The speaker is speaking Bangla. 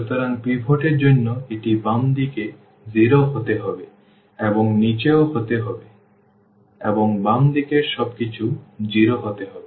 সুতরাং পিভট এর জন্য এটি বাম দিকে 0 হতে হবে এবং নিচে ও হতে হবে এবং বাম দিকের সবকিছু 0 হতে হবে